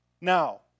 Now